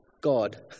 God